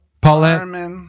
Paulette